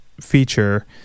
feature